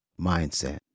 mindset